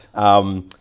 Yes